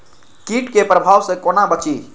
कीट के प्रभाव से कोना बचीं?